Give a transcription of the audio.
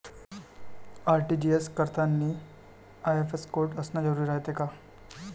RTGS करतांनी IFSC code असन जरुरी रायते का?